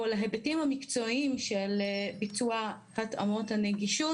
להיבטים המקצועיים של ביצוע התאמות הנגישות.